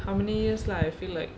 how many years lah I feel like